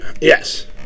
Yes